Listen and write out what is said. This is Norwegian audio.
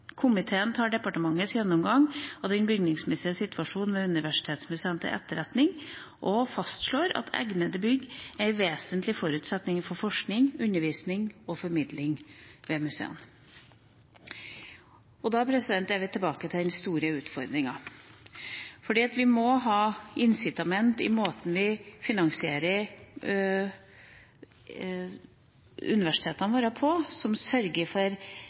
Komiteen tar departementets gjennomgang av den bygningsmessige situasjonen ved universitetsmuseene til etterretning, og vil fastslå at egnede bygg er en vesentlig forutsetning for forskning, undervisning og formidling ved museene.» Og da er vi tilbake til den store utfordringa: Vi må ha incitament i måten vi finansierer universitetene våre på, som sørger for